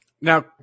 Now